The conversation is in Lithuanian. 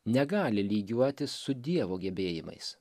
negali lygiuotis su dievo gebėjimais